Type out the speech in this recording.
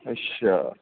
ਅੱਛਾ